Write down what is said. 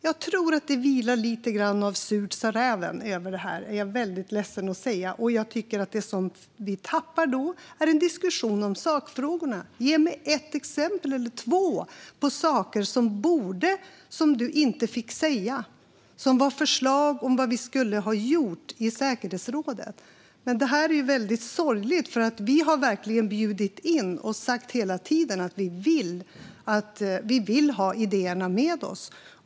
Jag är ledsen över att behöva säga det, men jag tror att det vilar lite surt sa räven över detta. Det vi härmed tappar är en diskussion om sakfrågorna. Ge mig ett eller två exempel på saker som du inte fick säga, Kerstin Lundgren, och som var förslag på vad vi skulle ha gjort i säkerhetsrådet! Detta är sorgligt, för vi har verkligen bjudit in och hela tiden sagt att vi vill ha idéerna med oss.